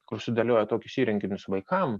kur sudėlioja tokius įrenginius vaikam